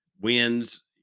wins